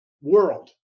world